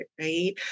right